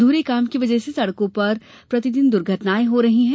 अधूरे काम की वजह से सड़कों पर नितदिन दुर्घटना हो रही हैं